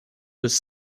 was